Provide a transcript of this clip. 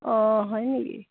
অঁ হয় নেকি